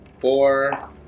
four